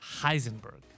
Heisenberg